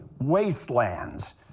wastelands